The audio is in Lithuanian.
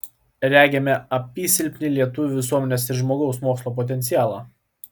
regime apysilpnį lietuvių visuomenės ir žmogaus mokslo potencialą